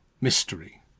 mystery